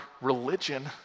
religion